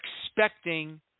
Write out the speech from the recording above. expecting